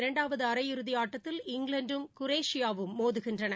இரண்டாவதுஅரையிறுதிஆட்டத்தில் இங்கிலாந்தும் குரேஷியாவும் மோதுகின்றன